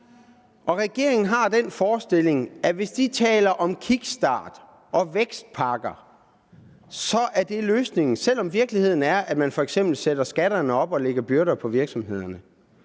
Regeringen har den forestilling, at hvis de taler om kickstart og vækstpakker, er det løsningen, selv om virkeligheden er, at man f.eks. sætter skatterne op og lægger byrder på virksomhederne.